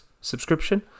subscription